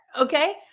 okay